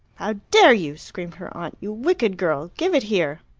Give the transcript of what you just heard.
how dare you! screamed her aunt. you wicked girl! give it here!